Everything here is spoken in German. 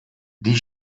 die